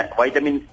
vitamin